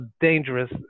dangerous